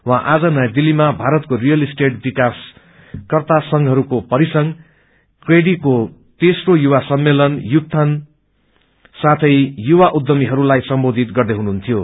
उहाँ आज नयाँ दिललीमा भारतको रियल स्टेट विकासकर्ता संघहरूको परिसंघ क्रेडिई को तेस्री युवा सम्मेलन यूथकान साथै युवा उप्रश्रमिहस्ताई सम्बोधित गर्दै हुनुहुन्थ्यो